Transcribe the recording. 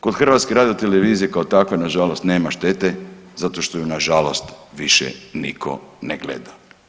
Kod HRT kao takve nažalost nema štete zato što ju nažalost više nitko ne gleda.